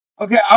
Okay